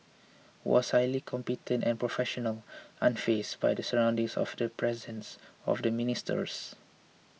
was highly competent and professional unfazed by the surroundings or the presence of the ministers